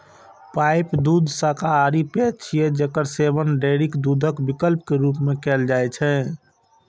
pipe दूध शाकाहारी पेय छियै, जेकर सेवन डेयरी दूधक विकल्प के रूप मे कैल जाइ छै